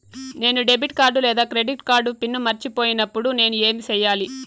నేను debit card లేదా credit card PIN మర్చిపోయినప్పుడు నేను ఏమి సెయ్యాలి?